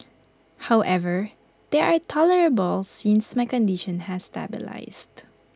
however they are tolerable since my condition has stabilised